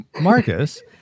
Marcus